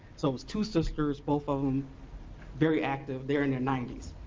so it was two sisters, both of em very active, they're in their ninety s.